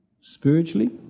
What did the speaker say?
Spiritually